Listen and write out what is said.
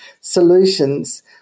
solutions